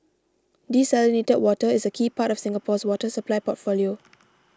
desalinated water is a key part of Singapore's water supply portfolio